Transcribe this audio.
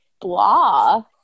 blah